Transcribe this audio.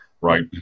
right